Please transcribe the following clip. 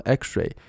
x-ray